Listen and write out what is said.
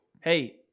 Hey